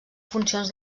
funcions